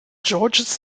george’s